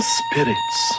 spirits